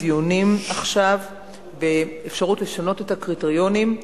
עכשיו דיונים באפשרות לשנות את הקריטריונים.